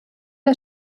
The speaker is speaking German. der